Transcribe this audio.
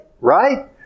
right